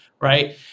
right